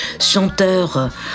chanteur